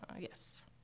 Yes